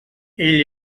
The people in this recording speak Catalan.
ell